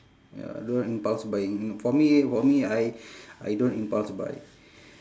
ya don't impulse buy for me for me I I don't impulse buy